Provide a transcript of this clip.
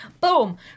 boom